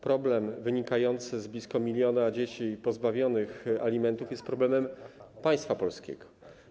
Problem wynikający z tego, że blisko milion dzieci jest pozbawionych alimentów, jest problemem państwa polskiego.